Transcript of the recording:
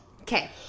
Okay